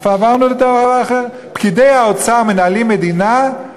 עברנו לדבר אחר: פקידי האוצר מנהלים מדינה,